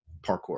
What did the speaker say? parkour